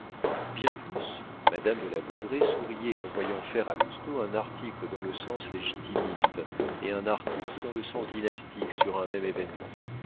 bien plus madame de la baudraye souriait en voyant faire à lousteau un article dans le sens légitimiste et un article dans le sens dynastique sur un même événement